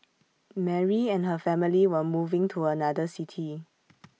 Mary and her family were moving to another city